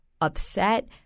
upset